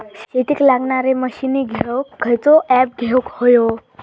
शेतीक लागणारे मशीनी घेवक खयचो ऍप घेवक होयो?